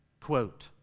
Quote